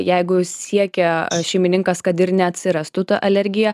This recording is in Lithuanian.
jeigu siekia šeimininkas kad ir neatsirastų ta alergija